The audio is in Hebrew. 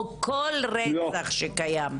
או כל רצח שקיים?